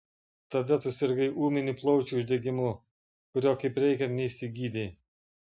tada tu sirgai ūminiu plaučių uždegimu kurio kaip reikiant neišsigydei